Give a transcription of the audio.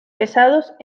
pesados